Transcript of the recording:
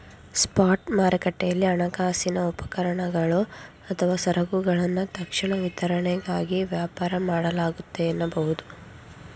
spot ಮಾರುಕಟ್ಟೆಯಲ್ಲಿ ಹಣಕಾಸಿನ ಉಪಕರಣಗಳು ಅಥವಾ ಸರಕುಗಳನ್ನ ತಕ್ಷಣ ವಿತರಣೆಗಾಗಿ ವ್ಯಾಪಾರ ಮಾಡಲಾಗುತ್ತೆ ಎನ್ನಬಹುದು